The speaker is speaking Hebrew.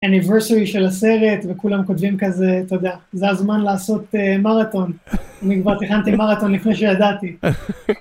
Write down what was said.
אניברסרי של הסרט, וכולם כותבים כזה, תודה. זה הזמן לעשות מרתון. אני כבר תכננתי מרתון לפני שידעתי.